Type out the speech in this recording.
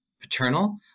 paternal